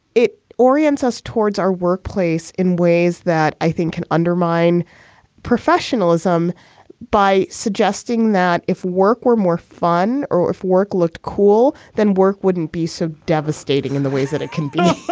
it orient us towards our workplace in ways that i think can undermine professionalism by suggesting that if work were more fun or or if work looked cool, then work wouldn't be so devastating in the ways that it can be